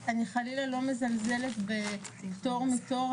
אני חלילה לא מזלזלת בפטור מתור,